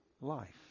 life